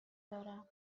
دارم